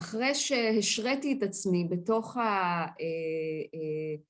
‫אחרי שהשריתי את עצמי בתוך ה...